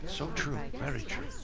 so true, very true.